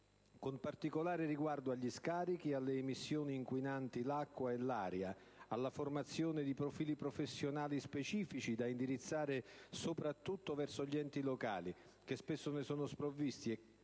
con particolare riguardo agli scarichi e alle emissioni inquinanti l'acqua e l'aria, alla formazione di profili professionali specifici da indirizzare soprattutto verso gli enti locali, che spesso ne sono sprovvisti e - ciò che